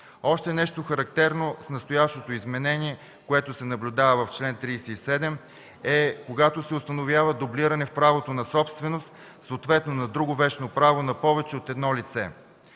Още нещо, характерно в настоящото изменение, което се наблюдава в чл. 37, е, когато се установява дублиране в правото на собственост, съответно на друго вещно право, на повече от едно лице